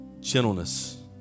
gentleness